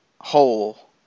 hole